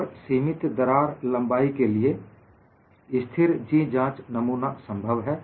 और सीमित दरार लंबाई के लिए स्थिर G जांच नमूना संभव है